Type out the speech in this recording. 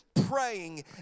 praying